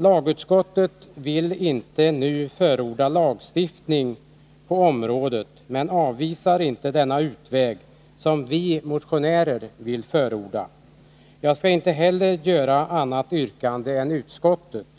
Lagutskottet vill inte nu förorda lagstiftning på området, men avvisar inte helt den utväg som vi motionärer vill förorda. Jag har inte något annat yrkande än utskottets.